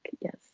Yes